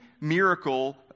miracle